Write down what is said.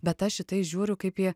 bet aš į tai žiūriu kaip į